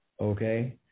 Okay